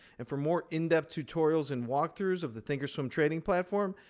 and for more in-depth tutorials and walkthroughs of the thinkorswim trading platform,